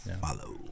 Follow